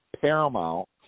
Paramount